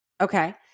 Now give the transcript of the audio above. Okay